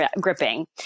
gripping